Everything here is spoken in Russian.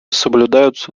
соблюдаются